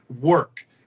work